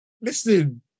Listen